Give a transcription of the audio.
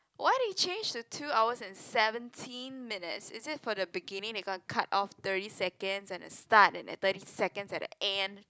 why did it change to two hours and seventeen minutes is it for the beginning they gonna cut off thirty seconds at the start and at thirty seconds at the end